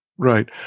Right